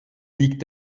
liegt